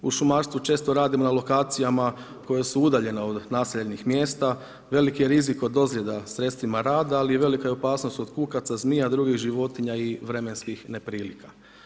U šumarstvu često radimo na lokacijama koje su udaljene od naseljenih mjesta, veliki je rizik od ozljeda sredstvima rada ali je i velika opasnost od kukaca, zmija, drugih životinja i vremenskih neprilika.